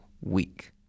week